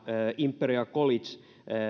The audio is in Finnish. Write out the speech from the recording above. imperial college